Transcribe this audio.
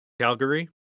Calgary